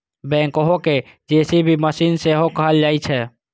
backhoe कें JCB machine सेहो कहल जाइ छै